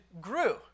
grew